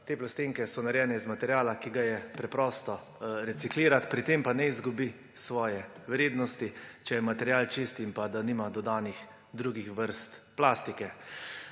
ta plastenka − so narejene iz materiala, ki ga je preprosto reciklirati, pri tem pa ne izgubi svoje vrednosti, če je material čist in če nima dodanih drugih vrst plastike.